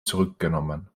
zurückgenommen